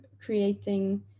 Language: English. creating